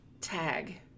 Tag